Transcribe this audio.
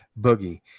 boogie